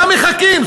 למה מחכים?